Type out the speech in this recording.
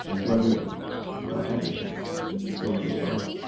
so, everyone thought everything would be fine.